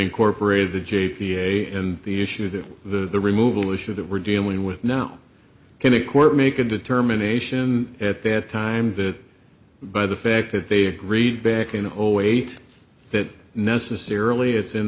incorporated the j p a and the issue that the removal issue that we're dealing with now can the court make a determination at that time that by the fact that they agreed back in zero eight that necessarily it's in